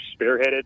spearheaded